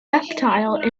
reptile